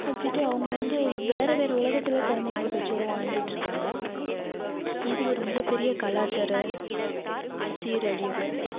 வச்சிவிட்டு அவங்க வந்து வேறு வேறு உலகத்தில் குலந்தைங்களும் பெற்றோரும் வாழ்ந்துட்டு இருக்காங்க இது ஒரு மிகப்பெரிய கலாச்சார சீரழிவு